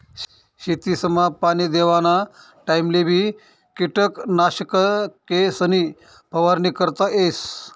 शेतसमा पाणी देवाना टाइमलेबी किटकनाशकेसनी फवारणी करता येस